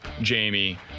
jamie